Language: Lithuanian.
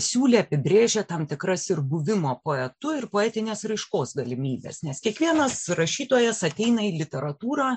siūlė apibrėžia tam tikras ir buvimo poetu ir poetinės raiškos galimybes nes kiekvienas rašytojas ateina į literatūrą